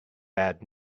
bad